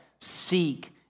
seek